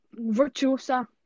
Virtuosa